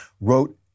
wrote